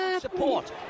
Support